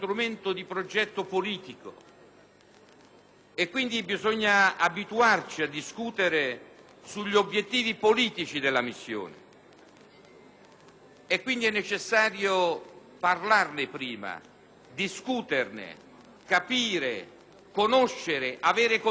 e quindi bisogna abituarci a discutere sugli obiettivi politici della missione. È necessario parlarne prima, discuterne, capire, conoscere, avere contezza di tutti quegli argomenti